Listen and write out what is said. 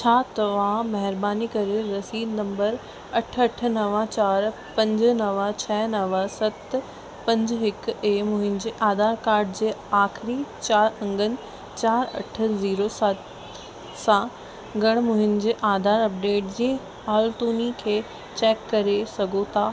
छा तव्हां महिरबानी करे रसीद नंबर अठ अठ नव चारि पंज नव छह नव सत पंज हिकु ऐं मुंहिंजे आधार कार्ड जे आख़िरीं चारि अंङनि चारि अठ ज़ीरो सत सां गण मुंहिंजे आधार अपडेट जी हालतुनि खे चैक करे सघो था